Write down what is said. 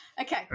Okay